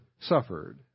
suffered